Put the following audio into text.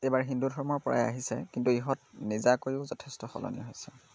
এইবাৰ হিন্দু ধৰ্মৰ পৰাই আহিছে কিন্তু ইহঁত নিজাকৈও যথেষ্ট সলনি হৈছে